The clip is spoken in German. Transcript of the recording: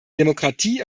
demokratie